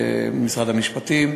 משרד המשפטים,